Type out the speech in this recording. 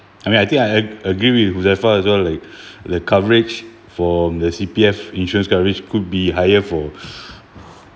I mean I think I ag~ agree with who as far as far like the coverage from the C_P_F insurance coverage could be higher for